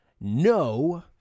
no